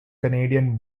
canadian